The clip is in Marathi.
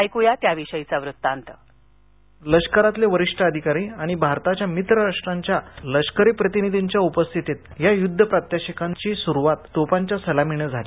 लष्करातले वरिष्ठ अधिकारी आणि भारताच्या मित्रराष्ट्रांच्या लष्करी प्रतिनिधीच्या उपस्थितीत झालेल्या या युद्ध प्रात्यक्षिकांची सुरुवात तोफांच्या सलामीन झाली